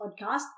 podcast